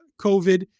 COVID